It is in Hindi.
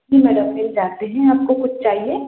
जी मैडम जानते हैं आपको कुछ चाहिए